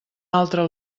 altre